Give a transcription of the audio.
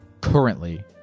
currently